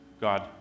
God